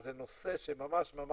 אז זה נושא שממש ממש